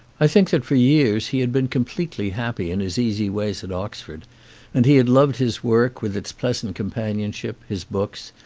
i think that for years he had been completely happy in. his easy ways at oxford and he had loved his work, with its pleasant companionship, his books,